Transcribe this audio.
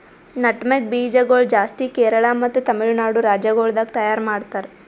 nutmeg ಬೀಜ ಗೊಳ್ ಜಾಸ್ತಿ ಕೇರಳ ಮತ್ತ ತಮಿಳುನಾಡು ರಾಜ್ಯ ಗೊಳ್ದಾಗ್ ತೈಯಾರ್ ಮಾಡ್ತಾರ್